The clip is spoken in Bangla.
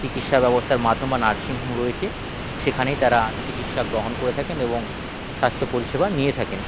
চিকিৎসা ব্যবস্থার মাধ্যম বা নার্সিংহোম রয়েছে সেখানেই তারা চিকিৎসা গ্রহণ করে থাকেন এবং স্বাস্থ্য পরিষেবা নিয়ে থাকেন